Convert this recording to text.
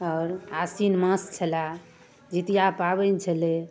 आओर आसिन मास छलै जितिआ पाबनि छलै